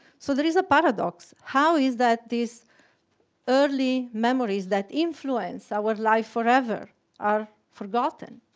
so there is a paradox how is that these early memories that influence our life forever are forgotten?